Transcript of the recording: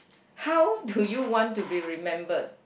how do you want to be remembered